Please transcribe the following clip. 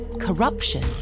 corruption